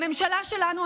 בממשלה שלנו,